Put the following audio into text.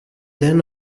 then